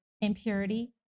impurity